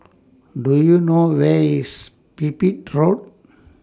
Do YOU know Where IS Pipit Road